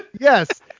Yes